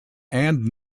and